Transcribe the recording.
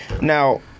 Now